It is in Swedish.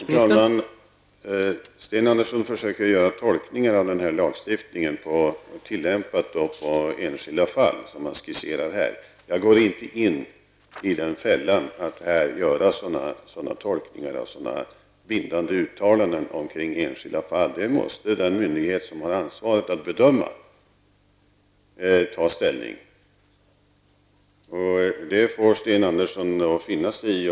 Herr talman! Sten Andersson i Malmö försöker göra tolkningar av lagstiftningen och tillämpa den på enskilda fall. Jag går inte i fällan att göra tolkningar och bindande uttalanden omkring enskilda fall. Det måste den myndighet som har ansvaret att bedöma ta ställning till. Det får Sten Andersson finna sig i.